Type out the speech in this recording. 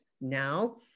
now